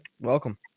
Welcome